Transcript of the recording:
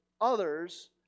others